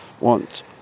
want